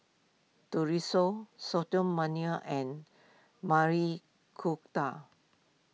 and Maili Kofta